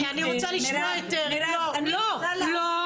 אני רוצה לשמוע את --- מירב, אני רוצה